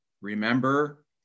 Remember